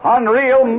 Unreal